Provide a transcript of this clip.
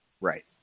right